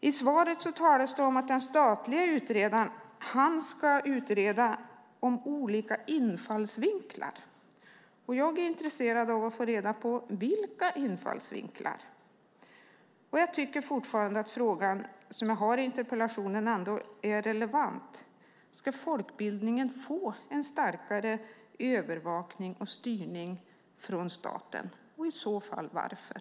I svaret talas om att den statliga utredaren ska utreda olika infallsvinklar. Jag är intresserad av att få reda på vilka infallsvinklar. Jag tycker fortfarande att den frågan i min interpellation är relevant. Ska statens övervakning och styrning av folkbildningen stärkas? Varför?